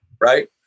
Right